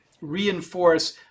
reinforce